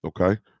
Okay